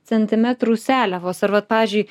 centimetrų seliavos ar vat pavyzdžiui